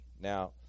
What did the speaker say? Now